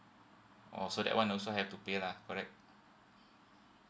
oh so that one also have to pay lah correct